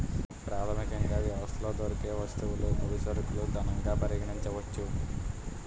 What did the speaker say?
ప్రాథమికంగా వ్యవస్థలో దొరికే వస్తువులు ముడి సరుకులు ధనంగా పరిగణించవచ్చు